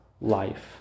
life